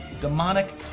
demonic